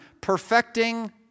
perfecting